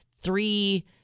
three